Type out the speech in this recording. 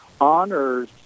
honors